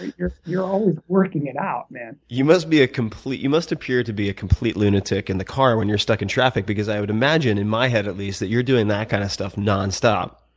you're you're always working it out, man. you must be a complete you must appear to be a complete lunatic in the car when you're stuck in traffic, because i would imagine in my head at least, that you're doing that kind of stuff non-stop.